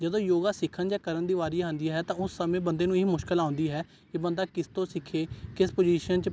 ਜਦੋਂ ਯੋਗਾ ਸਿੱਖਣ ਜਾਂ ਕਰਨ ਦੀ ਵਾਰੀ ਆਉਂਦੀ ਹੈ ਤਾਂ ਉਸ ਸਮੇਂ ਬੰਦੇ ਨੂੰ ਇਹ ਮੁਸ਼ਕਿਲ ਆਉਂਦੀ ਹੈ ਕਿ ਬੰਦਾ ਕਿਸ ਤੋਂ ਸਿੱਖੇ ਕਿਸ ਪੁਜੀਸ਼ਨ 'ਚ